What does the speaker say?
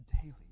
daily